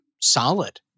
solid